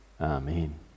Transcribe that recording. Amen